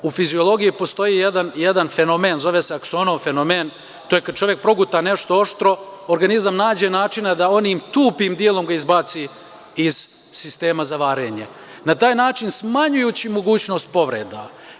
U fiziologiji postoji jedan fenomen zove se Aksonov fenomen, to je kada čovek proguta nešto oštro, organizam nađe načina da onim tupim delom ga izbaci iz sistema za varenje, na taj način smanjujući mogućnost povreda.